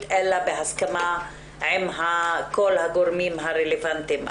אלא בהסכמה עם כל הגורמים הרלוונטיים.